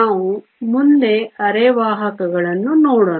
ನಾವು ಮುಂದೆ ಅರೆವಾಹಕಗಳನ್ನು ನೋಡೋಣ